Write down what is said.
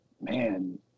man